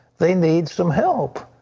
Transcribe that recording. they need some help,